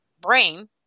brain